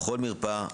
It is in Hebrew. בכל מרפאה,